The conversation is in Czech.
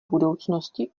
budoucnosti